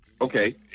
Okay